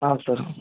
ಹಾಂ ಸರ್